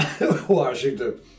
Washington